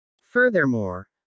Furthermore